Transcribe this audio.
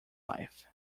life